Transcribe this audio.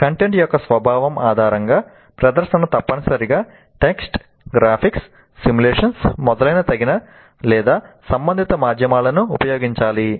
content యొక్క స్వభావం ఆధారంగా ప్రదర్శన తప్పనిసరిగా టెక్స్ట్ గ్రాఫిక్స్ సిమ్యులేషన్ మొదలైన తగిన సంబంధిత మాధ్యమాలను ఉపయోగించాలి